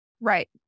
Right